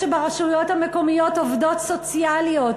זה נראה לכם סביר שברשויות המקומיות עובדות סוציאליות